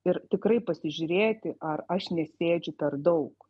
ir tikrai pasižiūrėti ar aš nesėdžiu per daug